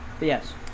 Yes